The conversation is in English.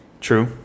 true